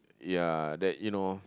ya that you know